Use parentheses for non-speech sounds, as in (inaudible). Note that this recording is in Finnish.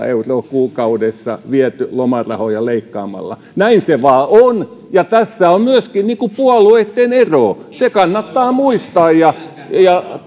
(unintelligible) euroa kuukaudessa lomarahoja leikkaamalla näin se vain on ja tässä on myöskin puolueitten ero se kannattaa muistaa ja ja (unintelligible)